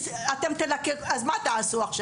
אז מה תעשו אז?